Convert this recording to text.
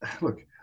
look